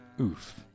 oof